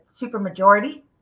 supermajority